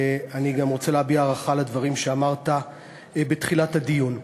ואני רוצה להביע הערכה גם על הדברים שאמרת בתחילת הדיון.